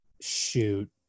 shoot